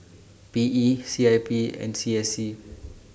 P E C I P and C S C